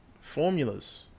formulas